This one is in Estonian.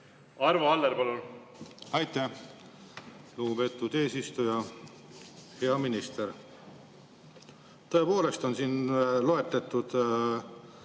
Arvo Aller, palun! Aitäh, lugupeetud eesistuja! Hea minister! Tõepoolest on siin loetletud: